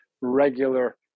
regular